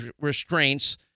restraints